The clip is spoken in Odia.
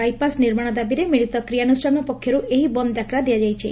ବାଇପାସ୍ ନିର୍ମାଣ ଦାବିରେ ମିଳିତ କ୍ରିୟାନୁଷ୍ଠାନ ପକ୍ଷରୁ ଏହି ବନ୍ଦ ଡାକରା ଦିଆଯାଇଛି